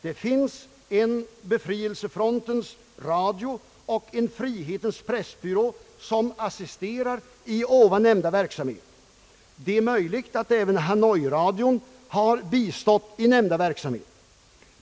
Det finns en Befrielsefrontens radio och en Frihetens pressbyrå som assisterar i ovan nämnda verksamhet. Det är möjligt att även Hanoiradion har bistått i nämnda verksamhet.